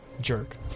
Jerk